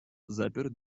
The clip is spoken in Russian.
запер